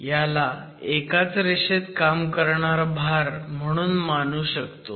ह्याला एकाच रेषेत काम करणारा भार म्हणून मनू शकतो